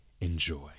enjoy